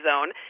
zone